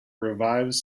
revives